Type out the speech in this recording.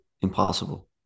impossible